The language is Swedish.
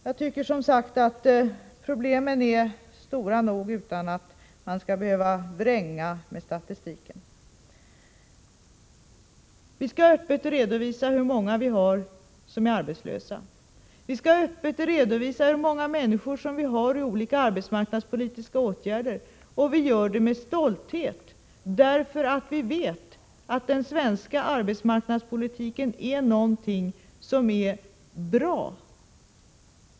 Jag tycker, som sagt, att problemen är stora nog utan att man skall behöva vränga med statistiken. Vi skall öppet redovisa hur många arbetslösa vi har, och vi skall öppet redovisa hur många människor vi har i olika arbetsmarknadspolitiska åtgärder. Det gör vi med stolthet, därför att vi vet att den svenska arbetsmarknadspolitiken är bra.